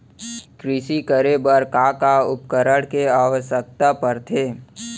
कृषि करे बर का का उपकरण के आवश्यकता परथे?